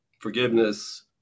forgiveness